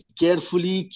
carefully